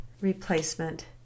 replacement